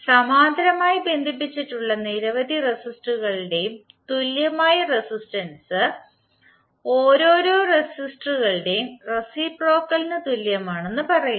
സമാന്തരമായി ബന്ധിപ്പിച്ചിട്ടുള്ള നിരവധി റെസിസ്റ്ററുകളുടെയും തുല്യമായ റെസിസ്റ്റൻസ് ഓരോരോ റെസിസ്റ്ററുകളുടെ റേസിപ്രോക്കലിന് തുല്യമാണെന്ന് പറയുന്നു